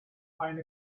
find